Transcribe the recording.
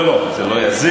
לא, לא, זה לא יזיק.